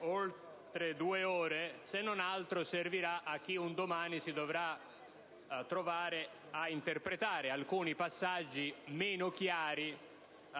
oltre due ore, se non altro, servirà a chi un domani si troverà ad interpretare alcuni passaggi meno chiari